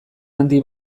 handi